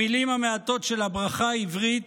המילים המעטות של הברכה העברית